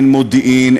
אין מודיעין,